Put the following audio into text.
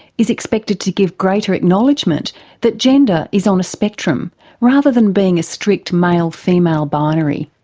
is expected to give greater acknowledgement that gender is on a spectrum rather than being a strict male female binary.